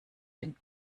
dem